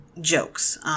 jokes